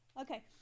Okay